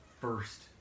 first